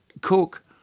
Cook